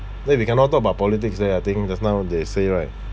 wait we cannot talk about politics here I think just now they say right